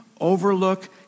overlook